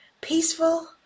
peaceful